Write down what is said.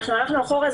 הלכנו אחורה.